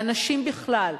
לאנשים בכלל,